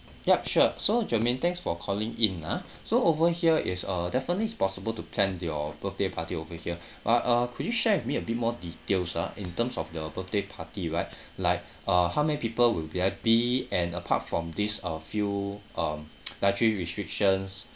yup sure so jermaine thanks for calling in ah so over here it's uh definitely it's possible to plan your birthday party over here but uh could you share with me a bit more details ah in terms of your birthday party right like uh how many people will be V_I_P and apart from these uh few um dietary restrictions